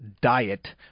diet